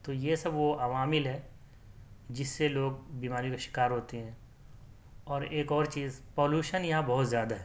تو یہ سب وہ عوامل ہے جس سے لوگ بیماریوں کے شکار ہوتے ہیں اور ایک اور چیز پولوشن یہاں بہت زیادہ ہے